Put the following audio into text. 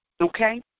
okay